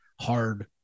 hard